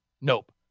nope